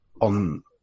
on